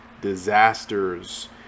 disasters